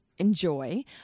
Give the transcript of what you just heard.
enjoy